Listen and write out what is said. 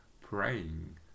praying